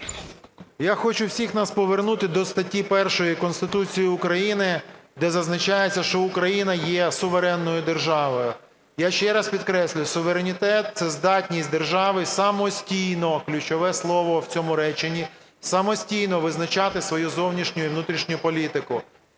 Я хочу всіх нас повернути до статті 1 Конституції України, де зазначається, що Україна є суверенною державою. Я ще раз підкреслюю: суверенітет – це здатність держави самостійно (ключове слово в цьому реченні), самостійно визначати свою зовнішню і внутрішню політику.